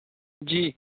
جی